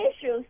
issues